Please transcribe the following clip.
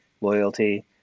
loyalty